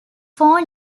four